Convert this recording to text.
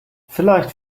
vielleicht